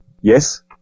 yes